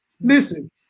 listen